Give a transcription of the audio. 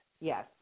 Yes